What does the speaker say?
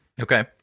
Okay